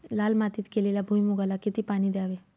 लाल मातीत केलेल्या भुईमूगाला किती पाणी द्यावे?